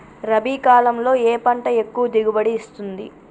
రబీ కాలంలో ఏ పంట ఎక్కువ దిగుబడి ఇస్తుంది?